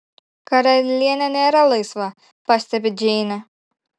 karalienė nėra laisva pastebi džeinė